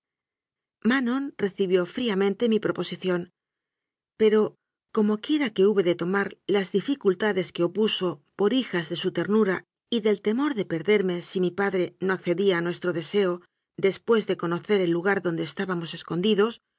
manon recibió fríamente mi proposición pero como quiera que hube de tomar las dificultades que opuso por hijas de su ternura y del temor de perderme si mi padre no accedía a nuestro deseo después de conocer el lugar donde estábamos escondidos